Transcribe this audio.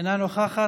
אינה נוכחת.